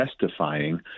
testifying